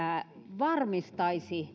varmistaisi